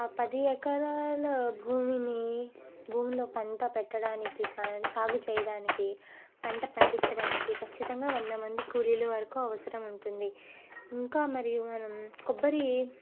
ఆ పది ఎకరాల భూమిని భూమిలో పంట పెట్టడానికి కాని సాగు చేయడానికి పంట పండించడానికి ఖచ్చితంగా వంద మంది కూలీలు వరకు అవసరం ఉంటుంది ఇంకా మరియు మనం కొబ్బరి